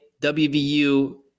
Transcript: WVU